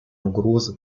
угрозы